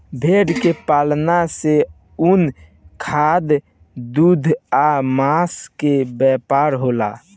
भेड़ के पालन से ऊन, खाद, दूध आ मांस के व्यापार होला